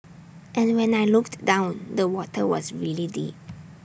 and when I looked down the water was really deep